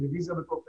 טלוויזיה בכל חדר.